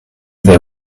they